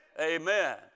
Amen